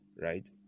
right